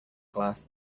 glass